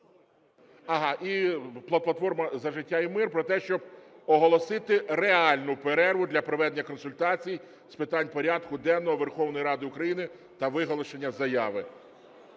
я… І "Платформа за життя та мир" про те, щоб оголосити реальну перерву для проведення консультацій з питань порядку денного Верховної Ради України та виголошення заяви.